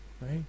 right